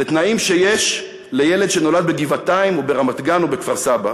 לתנאים שיש לילד שנולד בגבעתיים או ברמת-גן או בכפר-סבא.